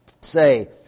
say